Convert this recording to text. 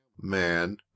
man